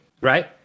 right